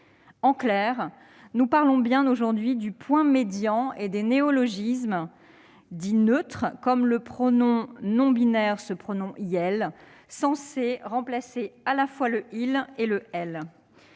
En clair, nous parlons bien aujourd'hui du point médian et des néologismes dits neutres, comme le pronom non binaire « iel », censé remplacer à la fois le « il » et le « elle ».